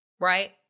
right